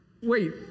wait